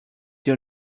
your